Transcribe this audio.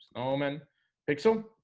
oh man pixel